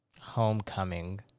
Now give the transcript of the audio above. Homecoming